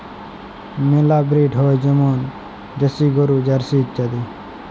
মেলা ব্রিড হ্যয় যেমল দেশি গরু, জার্সি ইত্যাদি